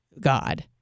God